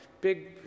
big